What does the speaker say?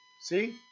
See